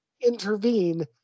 intervene